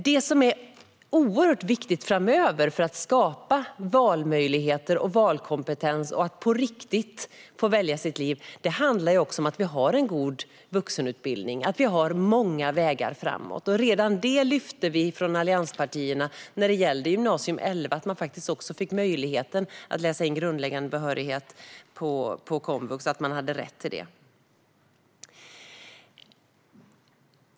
Det som är oerhört viktigt framöver för att skapa valmöjligheter och valkompetens, för att man på riktigt ska få välja sitt liv, handlar om att vi har en god vuxenutbildning och många vägar framåt. Redan det lyfte vi från allianspartierna fram när det gällde Gy 2011, alltså att man fick möjlighet och hade rätt att läsa in grundläggande behörighet på komvux.